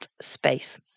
space